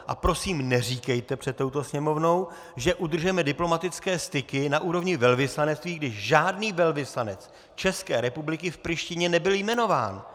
A prosím neříkejte před touto Sněmovnou, že udržujeme diplomatické styky na úrovni velvyslanectví, když žádný velvyslanec z České republiky v Prištině nebyl jmenován.